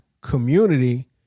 community